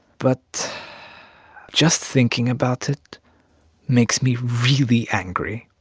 but just thinking about it makes me really angry.